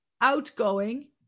outgoing